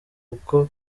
kuko